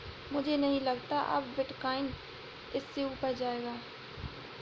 मुझे नहीं लगता अब बिटकॉइन इससे ऊपर जायेगा